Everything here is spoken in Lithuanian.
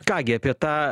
ką gi apie tą